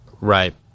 Right